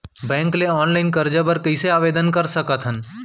Bank ले online करजा बर कइसे आवेदन कर सकथन?